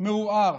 מעורער